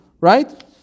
Right